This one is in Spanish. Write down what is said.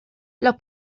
los